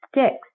sticks